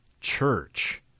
church